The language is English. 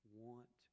want